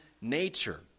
nature